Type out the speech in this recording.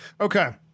Okay